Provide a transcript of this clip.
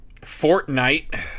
Fortnite